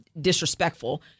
disrespectful